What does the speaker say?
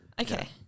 Okay